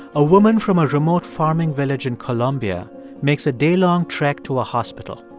a woman from a remote farming village in colombia makes a daylong trek to a hospital.